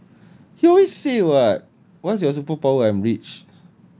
ya he always say what what's your superpower I'm rich